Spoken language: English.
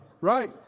right